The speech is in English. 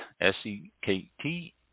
S-E-K-T